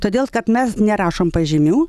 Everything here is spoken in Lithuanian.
todėl kad mes nerašom pažymių